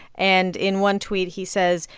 and in one tweet, he says,